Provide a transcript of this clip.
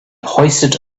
hoisted